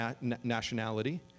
nationality